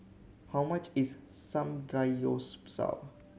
how much is Samgyeopsal